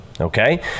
okay